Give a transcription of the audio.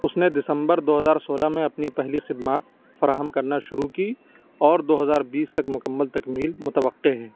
اس نے دسمبر دو ہزار سولہ میں اپنی پہلی خدمات فراہم کرنا شروع کی اور دو ہزار بیس تک مکمل تکمیل متوقع ہے